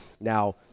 now